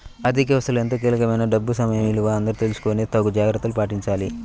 ఆర్ధిక వ్యవస్థలో ఎంతో కీలకమైన డబ్బు సమయ విలువ అందరూ తెలుసుకొని తగు జాగర్తలు పాటించాలి